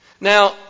Now